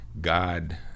God